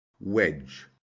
wedge